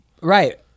right